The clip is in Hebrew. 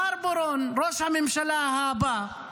מר בוארון, ראש הממשלה הבא,